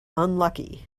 unlucky